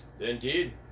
Indeed